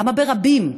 למה ברבים?